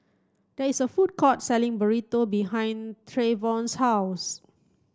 there is a food court selling Burrito behind Trayvon's house